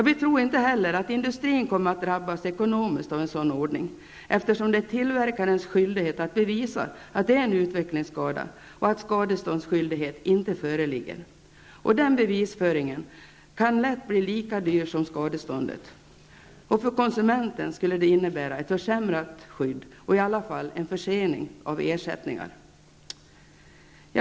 Vi tror inte heller att industrin kommer att drabbas ekonomiskt av en sådan ordning, eftersom det är tillverkarens skydlighet att bevisa att det är en utvecklingsskada och att skadeståndsskyldighet inte föreligger. Den bevisföringen kan lätt bli lika dyr som skadeståndet. För konsumenten skulle det innebära ett försämrat skydd och i alla fall en försening av ersättningen.